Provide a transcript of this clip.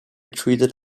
treated